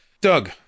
Doug